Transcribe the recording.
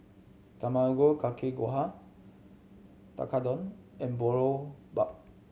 Tamago Kake Gohan Tekkadon and Boribap